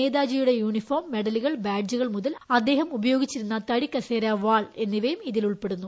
നേതാജിയുടെ uniform മെഡലുകൾ ബാഡ്ജുകൾ മുതൽ അദ്ദേഹം ഉപയോഗിച്ചിരുന്ന തടികസേര വാൾ എന്നിവയും ഇതിൽ ഉൾപ്പെടുന്നു